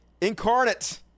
incarnate